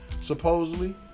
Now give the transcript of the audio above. supposedly